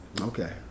Okay